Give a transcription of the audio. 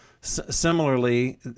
similarly